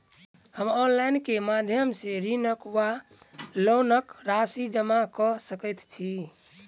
हम ऑनलाइन केँ माध्यम सँ ऋणक वा लोनक राशि जमा कऽ सकैत छी?